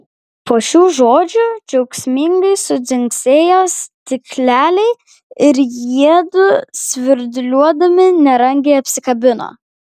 po šių žodžių džiaugsmingai sudzingsėjo stikleliai ir jiedu svirduliuodami nerangiai apsikabino